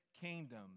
kingdom